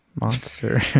Monster